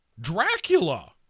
Dracula